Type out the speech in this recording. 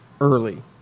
early